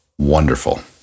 Wonderful